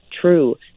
true